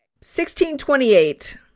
1628